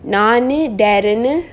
நான்னு:nannu darren